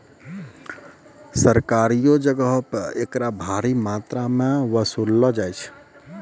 सरकारियो जगहो पे एकरा भारी मात्रामे वसूललो जाय छै